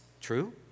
True